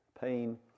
pain